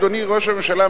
אדוני ראש הממשלה,